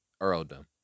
earldom